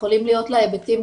יכולים להיות לה היבטים,